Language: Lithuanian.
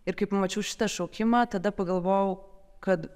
ir kai pamačiau šitą šaukimą tada pagalvojau kad